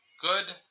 good